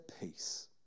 peace